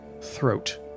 throat